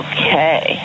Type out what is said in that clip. Okay